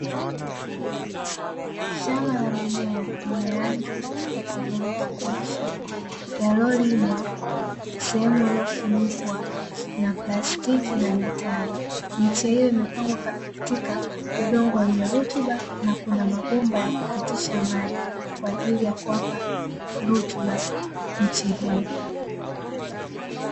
Shamba la mimea lenye rangi ya kijani kibichi yaliyolimwa sehemu iliyofunikwa na plastiki na mitari. Miche iyo imepangwa sehemu yenye rutuba na Kuna mabomba ya kupitisha maji kwa ajili ya kuwapa rutuba miche iyo.